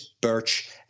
birch